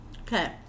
Okay